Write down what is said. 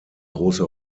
große